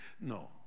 No